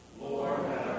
Lord